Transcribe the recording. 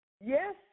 yes